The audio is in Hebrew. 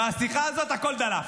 מהשיחה הזאת הכול דלף.